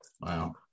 wow